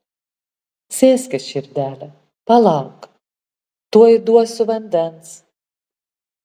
sėskis širdele palauk tuoj duosiu vandens